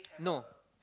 no